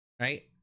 Right